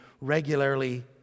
regularly